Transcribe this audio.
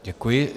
Děkuji.